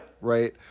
Right